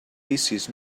vicis